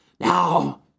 Now